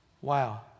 Wow